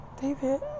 David